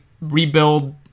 rebuild